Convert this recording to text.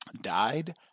died